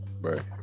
right